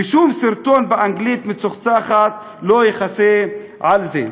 ושום סרטון באנגלית מצוחצחת לא יכסה על זה.